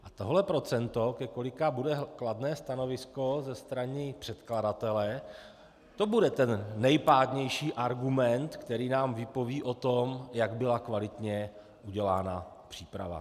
A tohle procento, ke kolika bude kladné stanovisko ze strany předkladatele, to bude ten nejpádnější argument, který nám vypoví o tom, jak byla kvalitně udělána příprava.